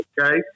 okay